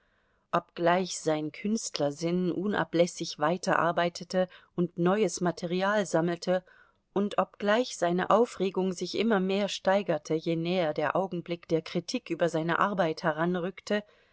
obgleich sein künstlersinn unablässig weiterarbeitete und neues material sammelte und obgleich seine aufregung sich immer mehr steigerte je näher der augenblick der kritik über seine arbeit heranrückte